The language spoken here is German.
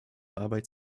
arbeit